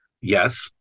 Yes